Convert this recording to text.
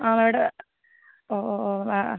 ആ മേഡ ഓ ഓ ഓ ആ ആ